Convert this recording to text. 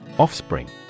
Offspring